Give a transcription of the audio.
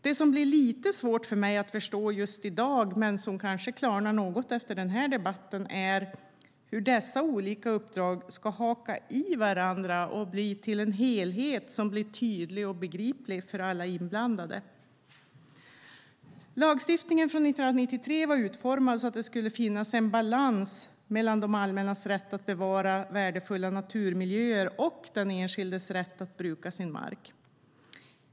Det som blir lite svårt för mig att förstå just i dag men som kanske klarnar något efter den här debatten är hur dessa olika uppdrag ska haka i varandra och bli en helhet som blir tydlig och begriplig för alla inblandade. Lagstiftningen från 1993 var utformad så att det skulle finnas en balans mellan det allmännas rätt att bevara värdefulla naturmiljöer och den enskildes rätt att bruka sin mark.